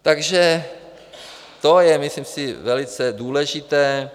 Takže to je, myslím si, velice důležité.